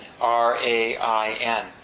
R-A-I-N